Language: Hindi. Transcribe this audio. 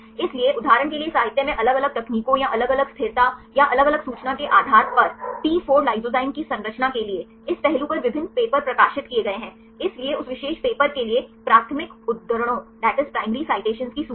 इसलिए उदाहरण के लिए साहित्य में अलग अलग तकनीकों या अलग अलग स्थिरता या अलग अलग सूचना के आधार पर T4 लाइसोजाइम की संरचना के लिए इस पहलू पर विभिन्न पेपर प्रकाशित किए गए हैं इसलिए उस विशेष पेपर के लिए प्राथमिक उद्धरणों की सूची